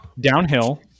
downhill